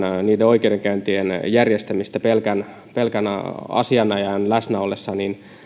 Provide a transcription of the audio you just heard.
oikeudenkäyntien järjestämistä pelkän pelkän asianajajan läsnä ollessa